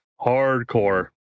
Hardcore